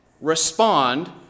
respond